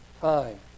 time